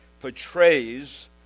portrays